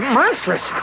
monstrous